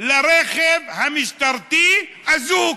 לרכב המשטרתי אזוק.